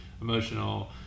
emotional